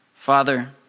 Father